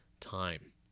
time